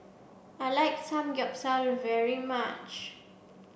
I like Samgeyopsal very much